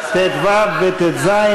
ט"ו וט"ז,